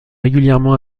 régulièrement